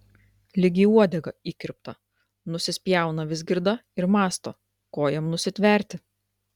lyg į uodegą įkirpta nusispjauna vizgirda ir mąsto ko jam nusitverti